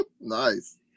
Nice